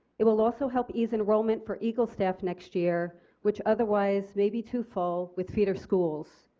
it will also help ease enrollment for eagle staff next year which otherwise may be too full with feeder schools.